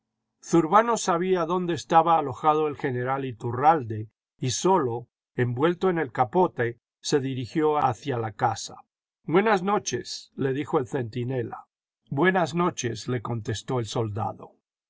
zurbano sabía dónde estaba alojado el general iturralde y solo envuelto en el capote se dirigió hacia la casa buenas noches le dijo el centinela buenas noches le contestó el soldado